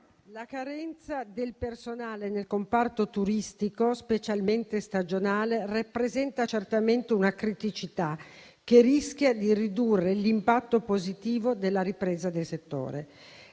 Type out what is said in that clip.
la carenza di personale nel comparto turistico, specialmente stagionale, rappresenta certamente una criticità, che rischia di ridurre l'impatto positivo della ripresa del settore.